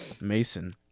Mason